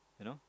you know